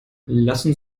lassen